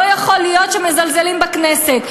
לא יכול להיות שמזלזלים בכנסת.